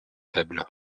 faible